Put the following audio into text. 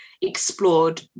explored